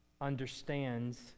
understands